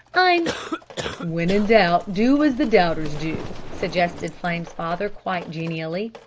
i'm when in doubt do as the doubters do, suggested flame's father quite genially.